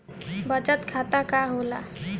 बचत खाता का होला?